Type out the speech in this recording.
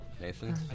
Nathan